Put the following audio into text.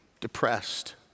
depressed